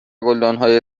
گلدانهای